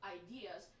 ideas